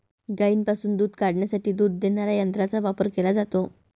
गायींपासून दूध काढण्यासाठी दूध देणाऱ्या यंत्रांचा वापर केला जातो